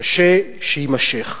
קשה שיימשך.